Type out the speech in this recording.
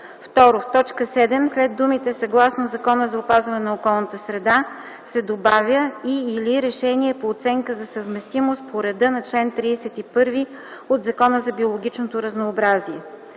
2. В т. 7 след думите „съгласно Закона за опазване на околната среда” се добавя „и/или решение по оценка за съвместимост по реда на чл. 31 от Закона за биологичното разнообразие”.”